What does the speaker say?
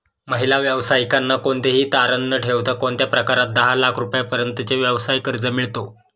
महिला व्यावसायिकांना कोणतेही तारण न ठेवता कोणत्या प्रकारात दहा लाख रुपयांपर्यंतचे व्यवसाय कर्ज मिळतो?